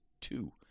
two